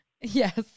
Yes